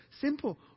Simple